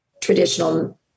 traditional